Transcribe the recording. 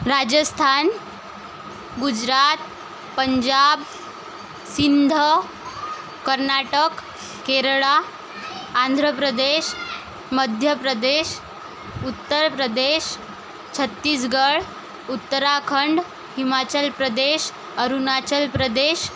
Rajasthan Gujarat Punjab Sindh Karnataka Kerala Andhra Pradesh Madhya Pradesh Uttar Pradesh Chhattisgarh Uttarakhand Himachal Pradesh Arunachal Pradesh